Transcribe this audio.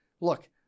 Look